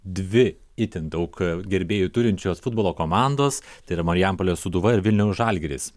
dvi itin daug gerbėjų turinčios futbolo komandos tai yra marijampolės sūduva ir vilniaus žalgiris